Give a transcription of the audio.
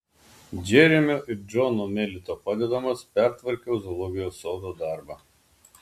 džeremio ir džono melito padedamas pertvarkiau zoologijos sodo darbą